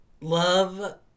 love